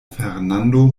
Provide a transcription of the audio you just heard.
fernando